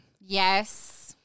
Yes